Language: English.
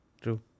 True